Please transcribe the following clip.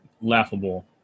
laughable